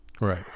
right